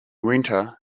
winter